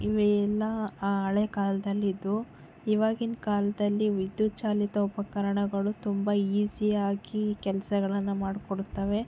ಇವೇ ಎಲ್ಲ ಆ ಹಳೆಯ ಕಾಲದಲ್ಲಿ ಇದ್ವು ಇವಾಗಿನ ಕಾಲದಲ್ಲಿ ವಿದ್ಯುಚ್ಚಾಲಿತ ಉಪಕರಣಗಳು ತುಂಬ ಈಸಿಯಾಗಿ ಕೆಲಸಗಳನ್ನು ಮಾಡಿಕೊಡುತ್ತವೆ